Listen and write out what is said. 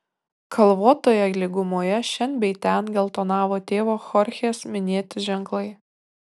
kalvotoje lygumoje šen bei ten geltonavo tėvo chorchės minėti ženklai